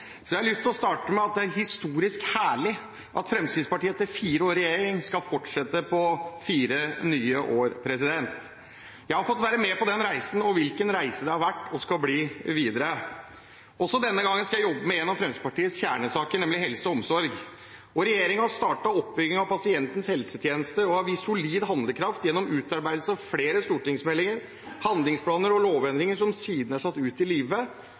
Så jeg har lyst til å starte med at det er historisk herlig at Fremskrittspartiet etter fire år i regjering skal fortsette i fire nye år. Jeg har fått være med på denne reisen – og hvilken reise det har vært og skal bli videre! Også denne gangen skal jeg jobbe med en av Fremskrittspartiets kjernesaker, nemlig helse og omsorg. Regjeringen har startet oppbyggingen av pasientens helsetjeneste og har vist solid handlekraft gjennom utarbeidelse av flere stortingsmeldinger, handlingsplaner og lovendringer som siden er satt ut i livet,